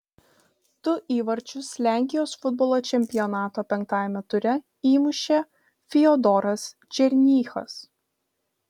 du įvarčius lenkijos futbolo čempionato penktajame ture įmušė fiodoras černychas